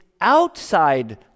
outside